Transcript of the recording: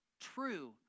true